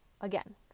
again